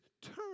turn